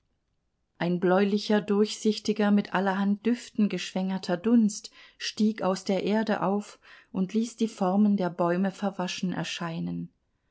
ein bläulicher durchsichtiger mit allerhand düften geschwängerter dunst stieg aus der erde auf und ließ die formen der bäume verwaschen erscheinen